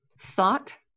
thought